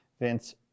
Vince